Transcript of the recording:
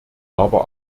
aber